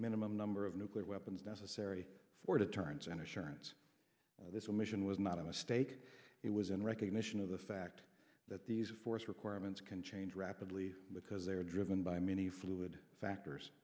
minimum number of nuclear weapons necessary for deterrence and assurance this mission was not a mistake it was in recognition of the fact that these force requirements can change rapidly because they are driven by many fluid factors